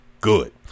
good